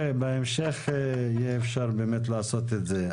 בהמשך יהיה אפשר באמת לעשות את זה.